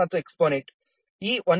0997 ಆಗಿದೆ